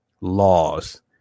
laws